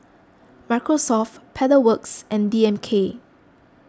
Microsoft Pedal Works and D M K